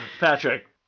Patrick